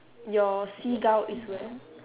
your seagull is where